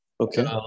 Okay